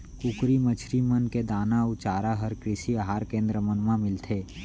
कुकरी, मछरी मन के दाना अउ चारा हर कृषि अहार केन्द्र मन मा मिलथे